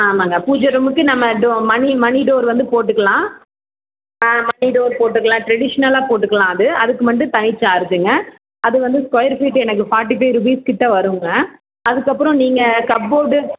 ஆமாம்ங்க பூஜை ரூம்முக்கு நம்ம டோ மணி மணி டோர் வந்து போட்டுக்கலாம் மணி டோர் போட்டுக்கலாம் டிரெடிஷ்னலாக போட்டுக்கலாம் அது அதுக்கு மட்டும் தனி சார்ஜுங்க அது வந்து ஸ்கொயரு ஃபீட்டு எனக்கு ஃபார்ட்டி ஃபைவ் ருபீஸ்க்கிட்ட வருங்க அதுக்கப்புறம் நீங்கள் கப்போர்டு